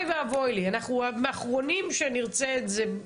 אנחנו האחרונים שנרצה את זה,